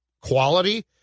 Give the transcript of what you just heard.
quality